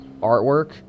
artwork